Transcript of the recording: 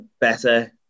better